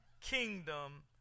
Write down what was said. Kingdom